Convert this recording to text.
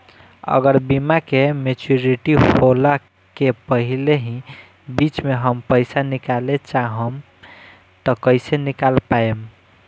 अगर बीमा के मेचूरिटि होला के पहिले ही बीच मे हम पईसा निकाले चाहेम त कइसे निकाल पायेम?